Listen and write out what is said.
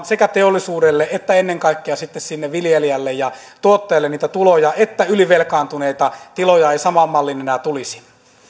sekä teollisuudelle että ennen kaikkea sitten sinne viljelijälle ja tuottajalle niitä tuloja että ylivelkaantuneita tiloja ei samaan malliin enää tulisi